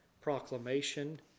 proclamation